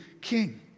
king